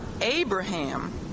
Abraham